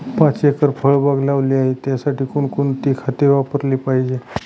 पाच एकर फळबाग लावली आहे, त्यासाठी कोणकोणती खते वापरली पाहिजे?